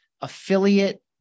affiliate